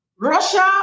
Russia